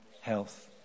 health